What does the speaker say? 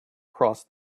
cross